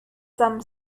some